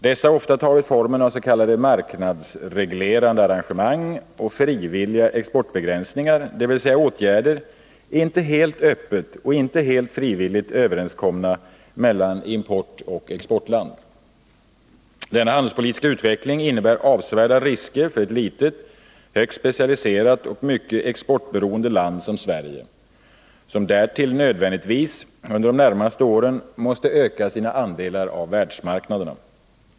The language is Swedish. Dessa har ofta tagit formen av s.k. marknadsreglerande arrangemang och frivilliga exportbegränsningar, dvs. åtgärder inte helt öppet och inte helt frivilligt överenskomna mellan importoch exportland. Denna handelspolitiska utveckling innebär avsevärda risker för ett litet, högt specialiserat och mycket exportberoende land som Sverige, som därtill nödvändigtvis under de närmaste åren måste öka sina andelar av världsmarknaden.